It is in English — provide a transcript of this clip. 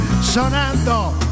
sonando